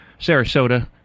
Sarasota